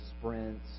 sprints